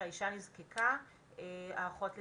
שהאישה נזקקה, האחות לצדה.